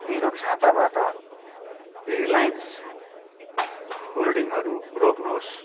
मेरो खाँताबाट रिलायन्स होल्डिङहरू रोक्नुहोस्